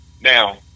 Now